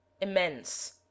immense